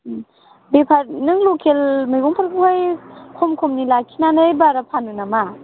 नों लकेल मैगंफोरखौहाय खम खमनि लाखिनानै बारा फानो नामा